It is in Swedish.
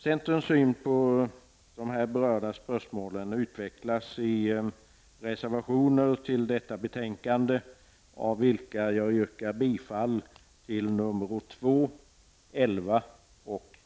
Centerns syn på de berörda spörsmålen utvecklas i reservationer till detta betänkande av vilka jag yrkar bifall till nr 2, 11 och 13.